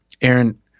Aaron